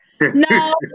No